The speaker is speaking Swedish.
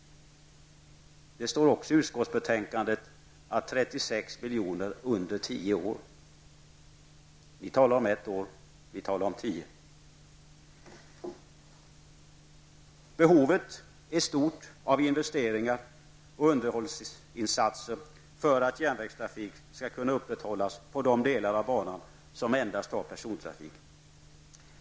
I utskottsbetänkandet står det också 36 milj.kr. under tio år. Ni talar om ett år, vi talar om tio.